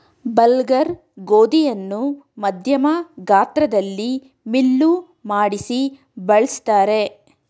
bulgur ಗೋಧಿಯನ್ನು ಮಧ್ಯಮ ಗಾತ್ರದಲ್ಲಿ ಮಿಲ್ಲು ಮಾಡಿಸಿ ಬಳ್ಸತ್ತರೆ